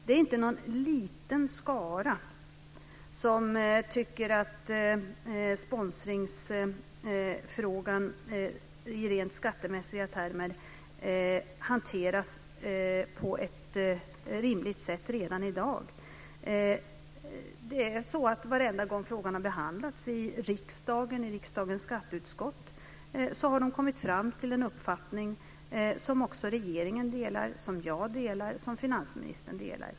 Det är inte någon liten skara som tycker att sponsringsfrågan i rent skattemässiga termer hanteras på ett rimligt sätt redan i dag. Varenda gång frågan har behandlats i riksdagen och i riksdagens skatteutskott har man kommit fram till en uppfattning som också regeringen, jag och finansministern delar.